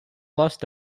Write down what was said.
lost